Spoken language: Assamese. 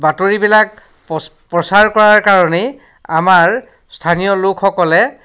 বাতৰিবিলাক প্ৰচাৰ কৰাৰ কাৰণেই আমাৰ স্থানীয় লোকসকলে